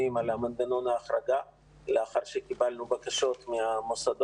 על מנגנון ההחרגה לאחר שקיבלנו בקשות מהמוסדות,